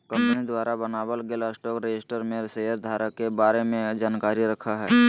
company द्वारा बनाल गेल स्टॉक रजिस्टर में शेयर धारक के बारे में जानकारी रखय हइ